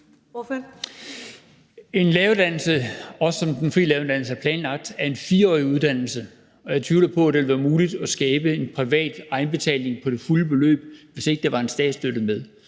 En læreruddannelse, også som den frie læreruddannelse er planlagt, er en 4-årig uddannelse, og jeg tvivler på, at det ville være muligt at skabe en privat egenbetaling på det fulde beløb, hvis ikke der var en statsstøtte med.